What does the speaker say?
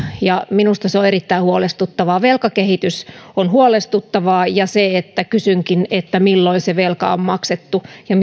ja minusta se on erittäin huolestuttavaa velkakehitys on huolestuttavaa ja kysynkin milloin se velka on maksettu ja